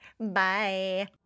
Bye